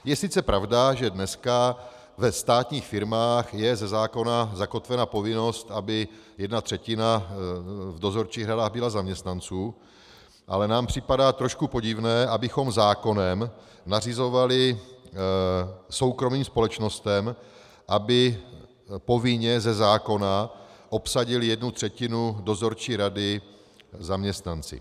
Je sice pravda, že dneska ve státních firmách je ze zákona zakotvena povinnost, aby jedna třetina v dozorčích radách byla zaměstnanců, ale nám připadá trošku podivné, abychom zákonem nařizovali soukromým společnostem, aby povinně ze zákona obsadily jednu třetinu dozorčí rady zaměstnanci.